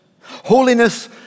Holiness